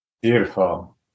beautiful